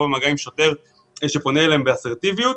במגע עם שוטר שפונה אליהם באסרטיביות.